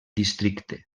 districte